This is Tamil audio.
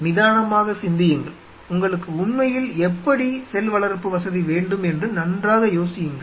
நிதானமாக சிந்தியுங்கள் உங்களுக்கு உண்மையில் எப்படி வசதி வேண்டும் என்று நன்றாக யோசியுங்கள்